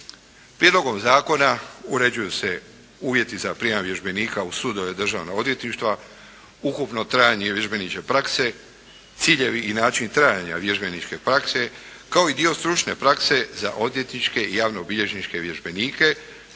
Prijedlogom zakona uređuju se uvjeti za prijam vježbenika u sudove Državnog odvjetništva, ukupno trajanje vježbeničke prakse, ciljevi i način trajanja vježbeničke prakse kao i dio stručne prakse za odvjetničke i javnobilježničke vježbenike